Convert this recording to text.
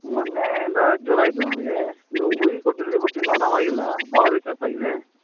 ಮೊನ್ನೇಯಿಂದ ಜ್ವರ ಇದ್ದವು ನನಗೆ ನೀವು ಗುಳಿಗೆ ಕೊಟ್ಟಿದ್ದಿರಿ ಬಟ್ ಇನ್ನೂ ಅರಾಮಾಗಿಲ್ಲ ಭಾಳ ವೀಕ್ನೆಸ್ ಆಗಿದೆ